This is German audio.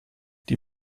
die